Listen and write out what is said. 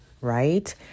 right